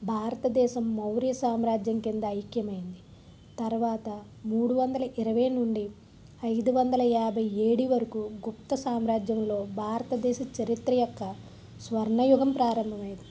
భారతదేశం మౌర్య సామ్రాజ్యం కింద ఐక్యమైంది తరవాత మూడువందల ఇరవై నుండి ఐదువందల యాభైఏడు వరకు గుప్త సామ్రాజ్యంలో భారతదేశ చరిత్ర యొక్క స్వర్ణ యుగం ప్రారంభం అయ్యింది